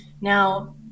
Now